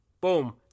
Boom